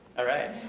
alright.